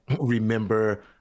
remember